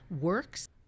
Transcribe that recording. works